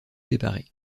séparé